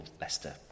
Leicester